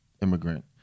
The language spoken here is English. immigrant